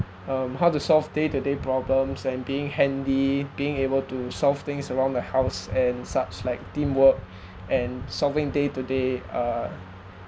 um how to solve day-to-day problems and being handy being able to solve things around the house and such like teamwork and solving day-to-day uh